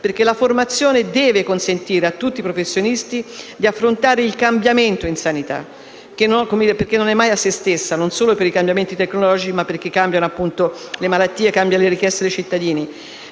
La formazione deve consentire a tutti i professionisti di affrontare il cambiamento in sanità, che non è mai fine a se stesso, non solo per i cambiamenti tecnologici ma perché cambiano le malattie e cambiano le richieste dei cittadini.